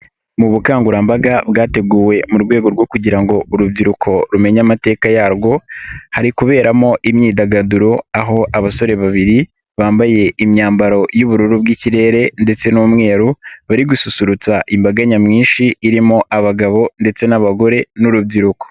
Mu bukangurambaga bwateguwe mu rwego rwo kugira ngo urubyiruko rumenye amateka yarwo, hari kuberamo imyidagaduro aho abasore babiri bambaye imyambaro y'ubururu bw'ikirere ndetse n'umweru bari gususurutsa imbaga nyamwinshi irimo abagabo ndetse n'abagore n'urubyiruko.